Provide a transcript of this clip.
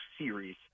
series